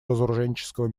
разоруженческого